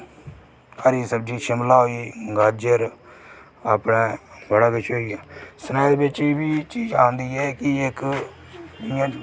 हरी सब्ज़ी शिमला होई गाजर अपने बड़ा किश होइया ते स्नैक्स बिच एह्बी चीज़ आंदी ऐ कि इक्क इं'या